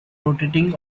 rotating